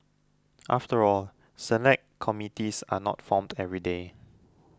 after all Select Committees are not formed every day